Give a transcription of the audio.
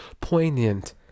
Poignant